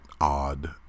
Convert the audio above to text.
odd